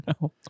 No